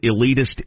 elitist